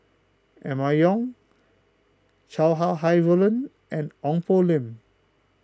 Emma Yong Chow Sau Hai Roland and Ong Poh Lim